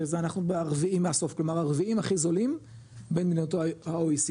שזה אנחנו רביעי מהסוף כלומר הרביע הכי זולים בין מדינות ה-OECD,